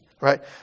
right